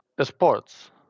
sports